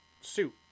suit